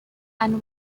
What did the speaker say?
and